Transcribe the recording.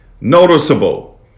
noticeable